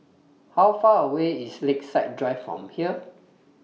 How Far away IS Lakeside Drive from here